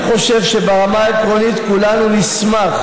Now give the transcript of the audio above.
אני חושב שברמה העקרונית כולנו נשמח